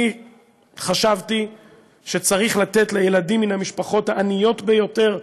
אני חשבתי שצריך לתת לילדים מהמשפחות העניות ביותר,